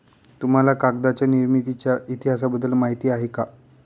तुम्हाला कागदाच्या निर्मितीच्या इतिहासाबद्दल माहिती आहे का?